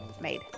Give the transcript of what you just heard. made